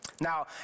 Now